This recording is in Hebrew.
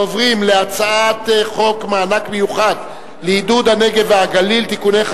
אני קובע שהצעת חוק זכויות הדייר בדיור הציבורי (תיקון,